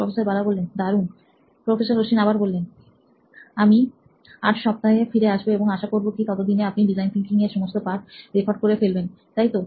professor Bala দারুন professor Ashwin আমি 8 সপ্তাহে ফিরে আসবো এবং আশা করবো কি ততদিনে আপনি ডিজাইন থিঙ্কিং এর সমস্ত পাঠ রেকর্ড করে ফেলবেন তাইতো